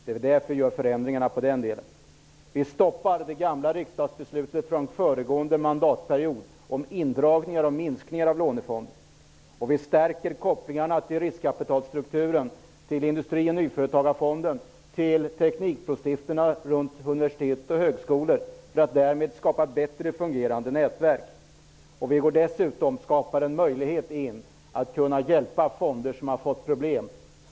Det är därför vi gör förändringar i denna del. Vi stoppar det gamla riksdagsbeslutet från föregående mandatperiod om indragningar och minskningar av lånefonden. Vi stärker kopplingarna till riskkapitalstrukturen, till Industri och nyföretagarfonden, till teknikbrostiftelserna runt universitet och högskolor, för att därmed skapa bättre fungerande nätverk. Vi skapar dessutom en möjlighet att hjälpa fonder som fått problem.